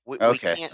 Okay